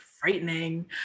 frightening